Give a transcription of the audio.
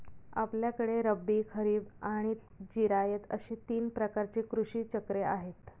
आपल्याकडे रब्बी, खरीब आणि जिरायत अशी तीन प्रकारची कृषी चक्रे आहेत